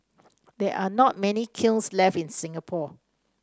there are not many kilns left in Singapore